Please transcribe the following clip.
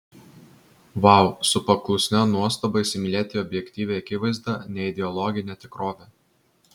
vau su paklusnia nuostaba įsimylėti objektyvią akivaizdą neideologinę tikrovę